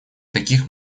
таких